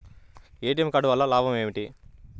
ATM card వల్ల లాభం ఏమిటి?